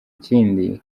kindi